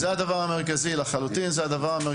לחלוטין.